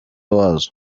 wazo